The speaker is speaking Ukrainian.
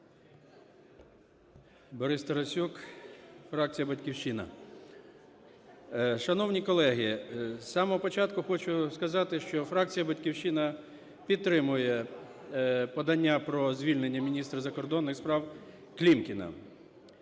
Борис Тарасюк, фракція "Батьківщина". Шановні колеги, з самого початку хочу сказати, що фракція "Батьківщина" підтримує подання про звільнення міністра закордонних справКлімкіна.